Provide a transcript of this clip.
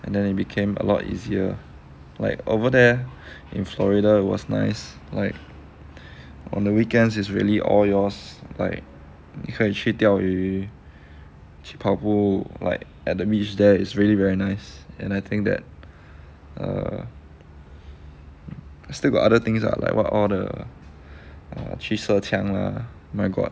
and then it became a lot easier like over there in florida was nice like on the weekends is really all yours like 你可以去钓鱼去跑步 like at the beach there is really very nice and I think that err still got other things lah like what all the err 去射枪啊 my god